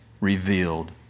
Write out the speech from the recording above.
revealed